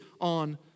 on